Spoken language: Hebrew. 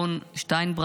מהדובר